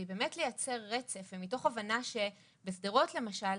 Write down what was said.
על מנת באמת לייצר רצף ומתוך הבנה שבשדרות למשל,